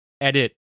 edit